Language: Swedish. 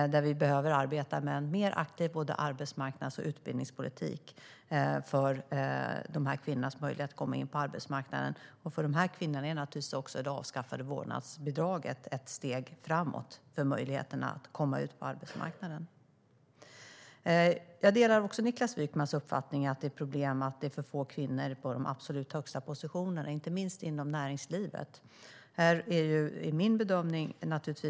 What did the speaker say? Vi behöver arbeta med en mer aktiv både arbetsmarknadspolitik och utbildningspolitik när det gäller de här kvinnornas möjlighet att komma in på arbetsmarknaden. För dessa kvinnor är naturligtvis det avskaffade vårdnadsbidraget ett steg framåt för möjligheten att komma in på arbetsmarknaden. Jag delar också Niklas Wykmans uppfattning att det är ett problem att det är för få kvinnor på de absolut högsta positionerna, inte minst inom näringslivet.